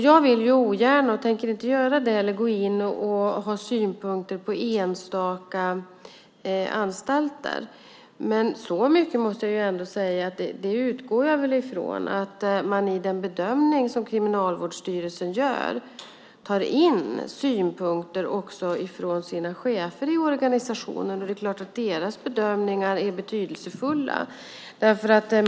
Jag vill ogärna, och tänker inte heller göra det, ha synpunkter på enstaka anstalter, men så mycket måste jag ändå säga att jag utgår från att man i den bedömning som Kriminalvården gör tar in synpunkter från sina chefer i organisationen. Det är klart att deras bedömningar är betydelsefulla.